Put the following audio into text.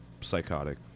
psychotic